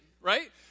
right